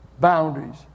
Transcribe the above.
boundaries